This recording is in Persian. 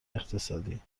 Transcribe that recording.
اقتصادی